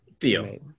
Theo